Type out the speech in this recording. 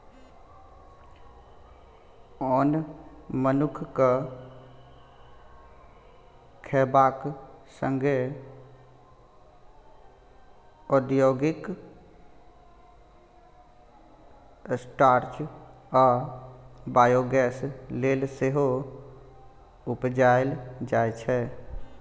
ओन मनुख केँ खेबाक संगे औद्योगिक स्टार्च आ बायोगैस लेल सेहो उपजाएल जाइ छै